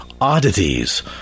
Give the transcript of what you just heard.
oddities